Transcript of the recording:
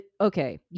Okay